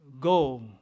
go